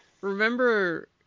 remember